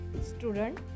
Student